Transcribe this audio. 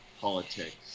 politics